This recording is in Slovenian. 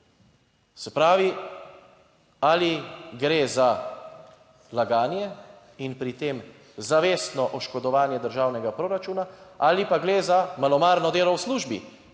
Se pravi, ali gre za laganje in pri tem zavestno oškodovanje državnega proračuna ali pa gre za malomarno delo v službi.